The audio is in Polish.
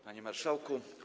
Panie Marszałku!